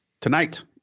Tonight